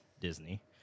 Disney